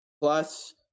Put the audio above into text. plus